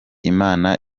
imana